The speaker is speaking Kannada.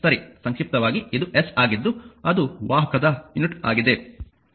ಸಂಕ್ಷಿಪ್ತವಾಗಿ ಇದು S ಆಗಿದ್ದು ಅದು ವಾಹಕದ ಯೂನಿಟ್ ಆಗಿದೆ